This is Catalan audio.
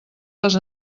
les